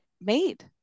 made